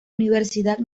universidad